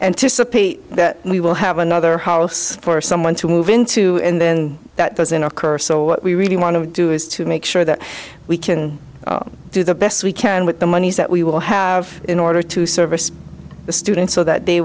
anticipate that we will have another house for someone to move into and then that doesn't occur so what we really want to do is to make sure that we can do the best we can with the monies that we will have in order to service the students so that they